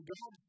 God